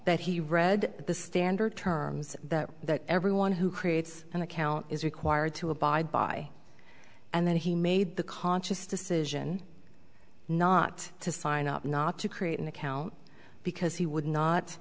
that he read the standard terms that everyone who creates an account is required to abide by and then he made the conscious decision not to sign up not to create an account because he would not